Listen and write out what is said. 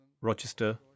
Rochester